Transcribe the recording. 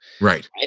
Right